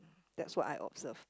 that's what I observe